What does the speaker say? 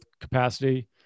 capacity